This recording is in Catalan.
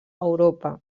europa